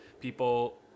people